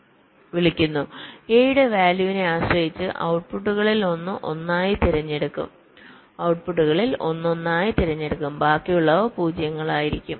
a യുടെ വാല്യൂവിനെ ആശ്രയിച്ച് ഔട്ട്പുട്ടുകളിൽ ഒന്ന് ഒന്നായി തിരഞ്ഞെടുക്കും ബാക്കിയുള്ളവ പൂജ്യങ്ങളായിരിക്കും